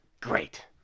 Great